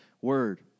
word